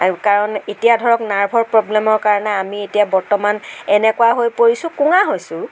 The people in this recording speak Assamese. আৰু কাৰণ এতিয়া ধৰক নাৰ্ভৰ প্ৰৱ্লেমৰ কাৰণে আমি এতিয়া বৰ্তমান এনেকুৱা হৈ পৰিছোঁ কোঙা হৈছোঁ